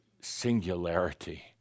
singularity